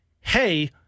hey